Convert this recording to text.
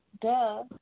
Duh